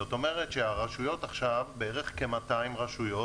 זאת אומרת שהרשויות עכשיו, כ-200 במספר,